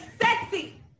sexy